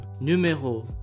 numéro